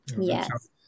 Yes